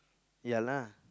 ya lah